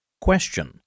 Question